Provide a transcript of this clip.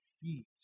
feet